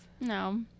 No